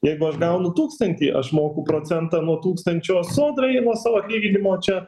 jeigu aš gaunu tūkstantį aš moku procentą nuo tūkstančio sodrai nuo savo atlyginimo čia